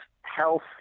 health